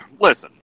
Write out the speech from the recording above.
Listen